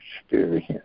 experience